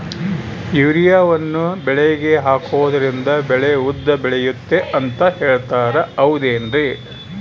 ಯೂರಿಯಾವನ್ನು ಬೆಳೆಗೆ ಹಾಕೋದ್ರಿಂದ ಬೆಳೆ ಉದ್ದ ಬೆಳೆಯುತ್ತೆ ಅಂತ ಹೇಳ್ತಾರ ಹೌದೇನ್ರಿ?